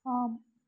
ஆம்